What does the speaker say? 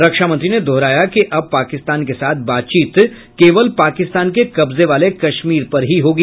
रक्षामंत्री ने दोहराया कि अब पाकिस्तान के साथ बातचीत केवल पाकिस्तान के कब्जे वाले कश्मीर पर ही होगी